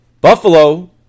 Buffalo